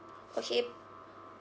okay